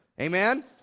Amen